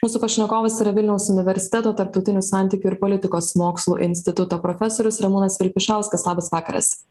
mūsų pašnekovas yra vilniaus universiteto tarptautinių santykių ir politikos mokslų instituto profesorius ramūnas vilpišauskas labas vakaras